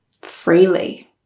freely